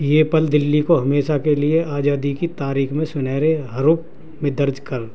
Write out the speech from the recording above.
یہ پل دلی کو ہمیشہ کے لیے آزادی کی تاریخ میں سنہرے حروف میں درج کر